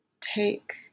take